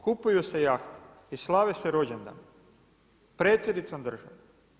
Kupuju se jahte i slave se rođendani sa Predsjednicom države.